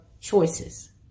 choices